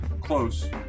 close